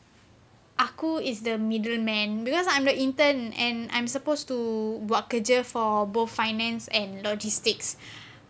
aku is the middleman because I'm the intern and I'm supposed to buat kerja for both finance and logistics